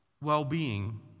well-being